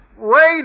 Wait